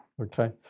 Okay